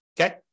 okay